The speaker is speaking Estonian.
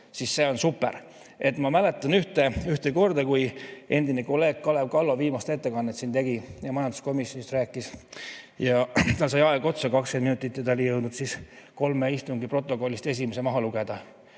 siis see on super. Ma mäletan ühte korda, kui endine kolleeg Kalev Kallo viimast ettekannet siin tegi ja majanduskomisjonist rääkis. Tal sai aeg otsa, 20 minutit, ja ta oli jõudnud siis kolme istungi protokollist esimese maha lugeda.